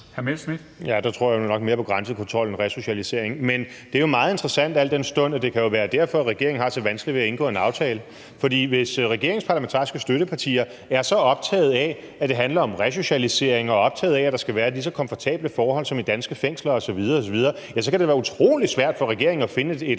Der tror jeg nu nok mere på grænsekontrol end resocialisering. Men det er jo meget interessant, al den stund at det jo kan være derfor, at regeringen har så vanskeligt ved at indgå en aftale. For hvis regeringens parlamentariske støttepartier er så optagede af, at det handler om resocialisering, og optagede af, at der skal være lige så komfortable forhold som i danske fængsler osv. osv., så kan det være utrolig svært for regeringen at finde et